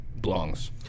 belongs